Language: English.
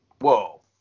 Whoa